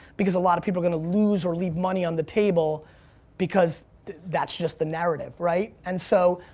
because a lot of people are gonna lose or leave money on the table because that's just the narrative, right? and so,